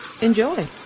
enjoy